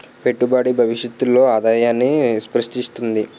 పెట్టుబడి భవిష్యత్తులో ఆదాయాన్ని స్రృష్టిస్తుంది